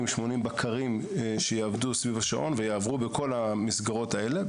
80-70 בקרים שיעבדו סביב השעון ויעברו בכל המסגרות האלה.